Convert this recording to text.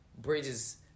bridges